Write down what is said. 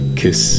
kiss